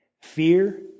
fear